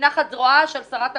ומנחת זרועה של שרת המשפטים.